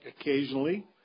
occasionally